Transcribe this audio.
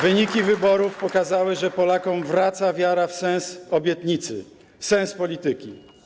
Wyniki wyborów pokazały, że Polakom wraca wiara w sens obietnicy, sens polityki.